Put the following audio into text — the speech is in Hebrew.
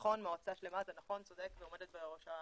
נכון, יש מועצה שלמה, צודק, עומדת בראשה